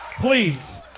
Please